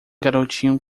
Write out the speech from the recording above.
garotinho